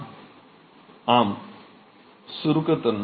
மாணவர் ஆம் சுருக்கத்தன்மை